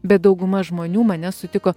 bet dauguma žmonių mane sutiko